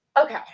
Okay